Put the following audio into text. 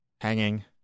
Hanging